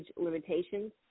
limitations